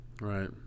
right